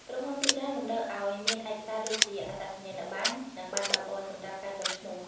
ក្រុមហ៊ុនភាគច្រើនតម្រូវឱ្យមានឯកសារដូចជាអត្តសញ្ញាណប័ណ្ណ និងប័ណ្ណបើកបរ សម្រាប់ការចុះឈ្មោះ។